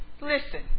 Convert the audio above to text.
listen